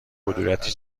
کدورتی